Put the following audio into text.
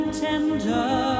tender